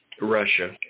Russia